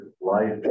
life